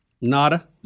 Nada